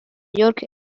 york